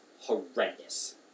horrendous